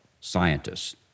scientists